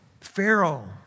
Pharaoh